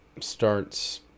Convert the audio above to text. starts